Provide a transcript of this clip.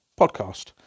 podcast